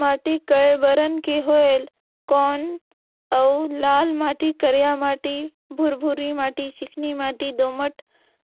माटी कये बरन के होयल कौन अउ लाल माटी, करिया माटी, भुरभुरी माटी, चिकनी माटी, दोमट